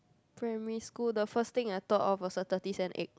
primary school the first thing I thought of a third thirties and eight